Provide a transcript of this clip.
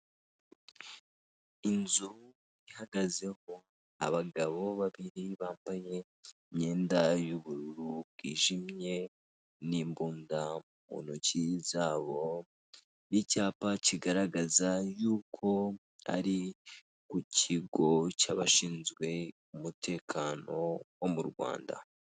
Inzu ihagazemo abagabo babiri bambaye imyenda y'ubururu bwijimye n'imbunda mu ntoki zabo n'icyapa kigaragaza yuko ari ku kigo cy'abashinzwe umutekano wo mu Rwanda.